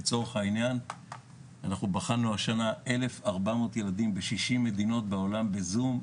בחנו השנה 1400 ילדים מ-60 מדינות בעולם בזום,